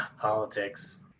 politics